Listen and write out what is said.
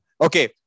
okay